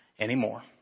anymore